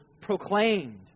proclaimed